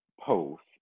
post